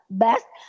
best